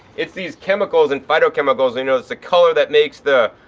it's these chemicals and phytochemicals, you know, it's the color that makes the,